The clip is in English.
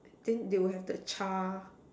and they will have the char~